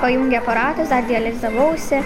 pajungė aparatus dar dializavausi